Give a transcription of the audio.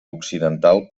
occidental